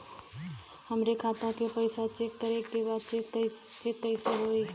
हमरे खाता के पैसा चेक करें बा कैसे चेक होई?